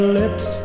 lips